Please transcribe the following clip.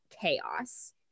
chaos